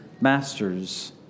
masters